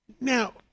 Now